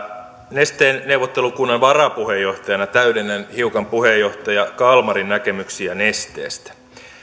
nesteen neuvottelukunnan varapuheenjohtajana täydennän hiukan puheenjohtaja kalmarin näkemyksiä nesteestä